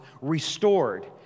restored